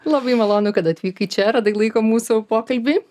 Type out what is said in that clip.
labai malonu kad atvykai čia radai laiko mūsų pokalbiui